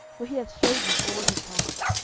for he hath shewed me all his heart.